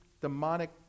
demonic